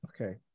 Okay